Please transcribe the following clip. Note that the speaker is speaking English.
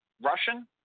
Russian